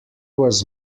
was